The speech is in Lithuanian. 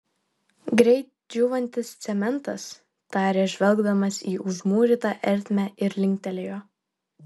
greit džiūvantis cementas tarė žvelgdamas į užmūrytą ertmę ir linktelėjo